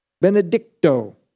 Benedicto